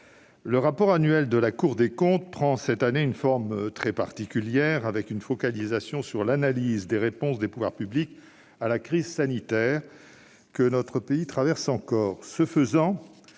le rapport annuel de la Cour des comptes prend, cette année, une forme très particulière, avec une focalisation sur l'analyse des réponses des pouvoirs publics à la crise sanitaire que notre pays traverse encore.